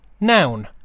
Noun